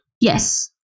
Yes